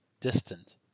distant